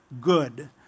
good